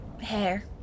hair